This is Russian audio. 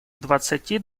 двадцати